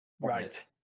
right